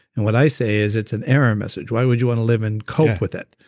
and what i say is it's an error message, why would you want to live and cope with it?